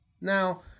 Now